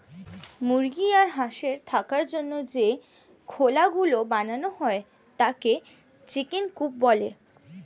মুরগি আর হাঁসের থাকার জন্য যে খোলা গুলো বানানো হয় তাকে চিকেন কূপ বলে